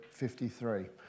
53